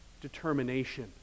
determination